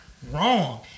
Wrong